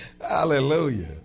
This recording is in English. Hallelujah